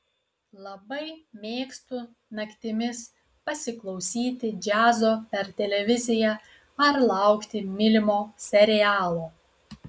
labai mėgstu naktimis pasiklausyti džiazo per televiziją ar laukti mylimo serialo